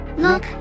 Look